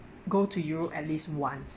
go to europe at least once